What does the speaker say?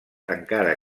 encara